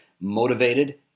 motivated